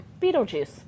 beetlejuice